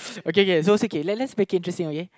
okay okay so okay let's make it interesting okay